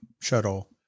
shuttle